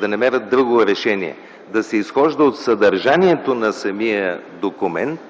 да намерят друго решение – да се изхожда от съдържанието на самия документ,